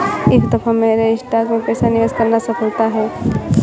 इस दफा मेरा स्टॉक्स में पैसा निवेश करना सफल नहीं रहा